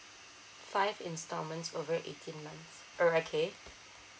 five instalments over eighteen months uh okay